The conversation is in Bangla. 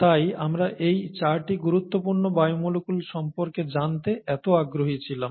তাই আমরা এই 4টি গুরুত্বপূর্ণ বায়োমলিকুল সম্পর্কে জানতে এত আগ্রহী ছিলাম